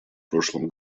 прошлом